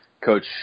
Coach